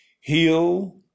heal